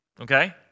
Okay